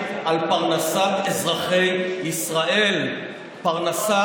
חבר הכנסת קרעי, החוצה.